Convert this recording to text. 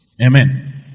Amen